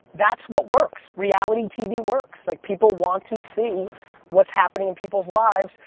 that's what works. reality tv works, like people want to see what's happening in people's lives,